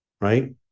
right